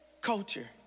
culture